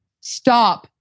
Stop